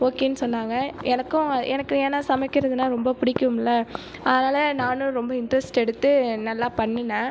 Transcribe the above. ஓகேன்னு சொன்னாங்க எனக்கும் எனக்கும் ஏன்னால் சமைக்கிறதுனால் ரொம்ப பிடிக்கும்மில்லே அதனால் நானும் ரொம்ப இன்ட்ரெஸ்ட் எடுத்து நல்லா பண்ணினேன்